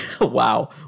Wow